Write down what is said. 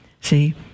See